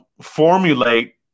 formulate